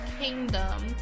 kingdom